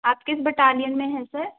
आप किस बटालियन में हैं सर